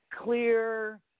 clear